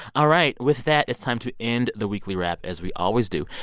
all right, with that, it's time to end the weekly wrap as we always do.